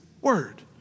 word